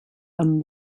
amb